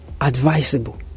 advisable